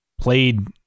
played